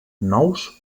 nous